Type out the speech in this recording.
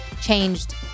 changed